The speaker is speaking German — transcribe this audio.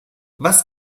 was